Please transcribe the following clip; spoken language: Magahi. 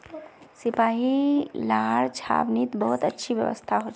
सिपाहि लार छावनीत बहुत अच्छी व्यवस्था हो छे